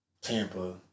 Tampa